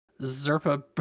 Zerpa